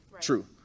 True